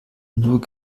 nur